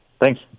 Thanks